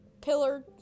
pillar